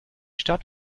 stadt